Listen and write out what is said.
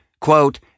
Quote